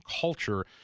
culture